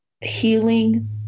healing